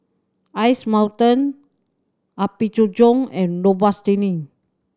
Ice Mountain Apgujeong and Robitussin